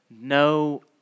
No